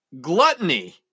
Gluttony